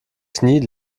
knie